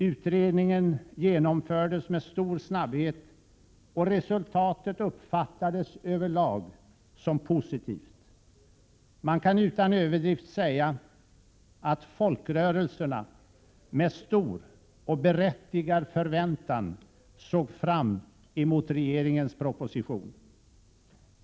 Utredningen genomfördes med stor snabbhet och resultatet uppfattades över lag som positivt. Man kan utan överdrift säga att folkrörelserna med stor och berättigad förväntan såg fram emot regeringens proposition.